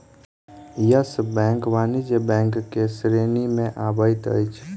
yes Bank वाणिज्य bank के श्रेणी में अबैत अछि